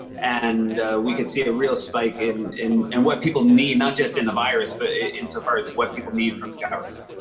and we can see a real spike in in and what people need, not just in the virus, but insofar as what people need from the government.